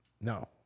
No